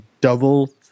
double